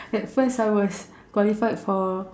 at first I was qualified for